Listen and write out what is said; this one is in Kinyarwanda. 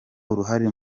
uruhare